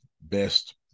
best